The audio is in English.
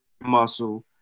muscle